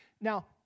Now